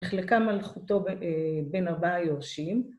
נחלקה מלכותו בין ארבעה יורשים.